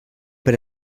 per